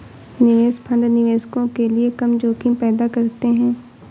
निवेश फंड निवेशकों के लिए कम जोखिम पैदा करते हैं